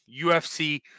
UFC